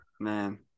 man